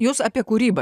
jūs apie kūrybą